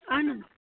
اَہَن حظ